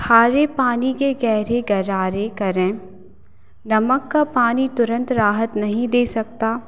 खारे पानी के गहरे गरारे करें नमक का पानी तुरंत राहत नहीं दे सकता